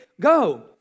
go